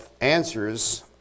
answers